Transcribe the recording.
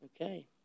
Okay